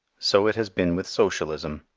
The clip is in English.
so it has been with socialism.